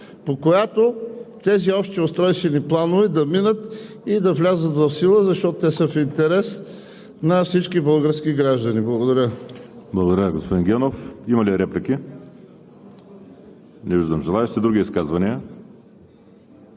по която тези общи устройствени планове да минат и да влязат в сила, защото те са в интерес на всички български граждани. Благодаря. ПРЕДСЕДАТЕЛ ВАЛЕРИ СИМЕОНОВ: Благодаря, господин Генов. Има ли реплики? Не виждам желаещи. Други изказвания?